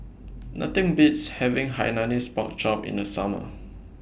Nothing Beats having Hainanese Pork Chop in The Summer